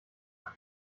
sein